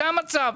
זה המצב.